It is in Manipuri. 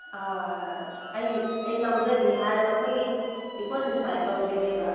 ꯑꯩ ꯑꯩ ꯌꯥꯎꯖꯒꯦ ꯍꯥꯏꯔꯒ ꯑꯩꯈꯣꯏꯒꯤ ꯂꯤꯛꯀꯣꯟꯁꯦ ꯁꯨꯃꯥꯏꯅ ꯇꯧꯒꯗꯣꯏꯅꯦꯕ